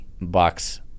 bucks